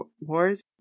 wars